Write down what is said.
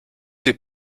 des